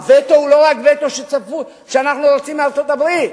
הווטו הוא לא רק וטו שאנחנו רוצים מארצות-הברית.